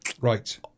right